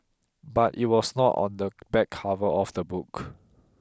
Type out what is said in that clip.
but it was not on the back cover of the book